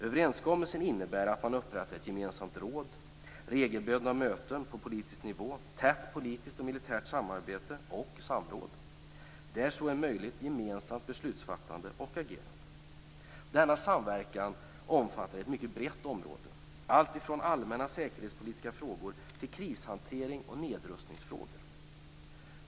Överenskommelsen innebär upprättandet av ett gemensamt råd, regelbundna möten på politisk nivå, tätt politiskt och militärt samarbete och samråd, där så är möjligt gemensamt beslutsfattande och agerande. Denna samverkan omfattar ett mycket brett område, alltifrån allmänna säkerhetspolitiska frågor till krishantering och nedrustningsfrågor.